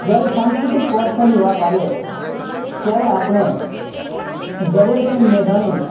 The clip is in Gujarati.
જ્યારે સાંસ્કૃતિક વારસાની વાત આવે ત્યારે આપણે ઝવેરચંદ મેઘાણી